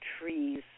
trees